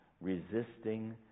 resisting